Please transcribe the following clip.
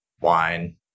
wine